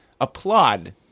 applaud